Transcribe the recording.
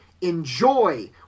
enjoy